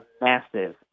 massive